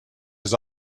his